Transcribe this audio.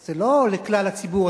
זה לא לכלל הציבור,